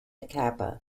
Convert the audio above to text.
kappa